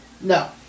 No